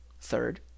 third